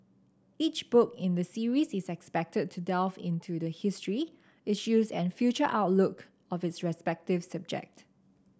each book in the series is expected to delve into the history issues and future outlook of its respective subject